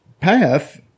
path